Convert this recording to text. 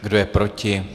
Kdo je proti?